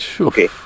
Okay